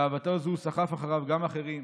באהבתו זו סחף אחריו גם אחרים.